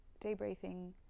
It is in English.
debriefing